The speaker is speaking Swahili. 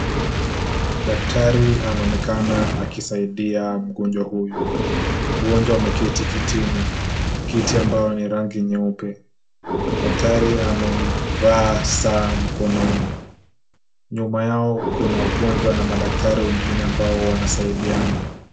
Daktari anaonekana akisaidia mgonjwa huyu. Mgonjwa ameketi kitini. Kiti ambao ni rangi nyeupe. Daktari amevaa saa mkononi. Nyuma yao kuna ugonjwa na madaktari wengine ambao wanasaidiana.